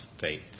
faith